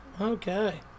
Okay